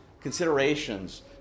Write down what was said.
considerations